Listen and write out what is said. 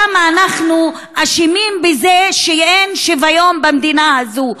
כמה אנחנו אשמים בזה שאין שוויון במדינה הזאת.